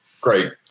great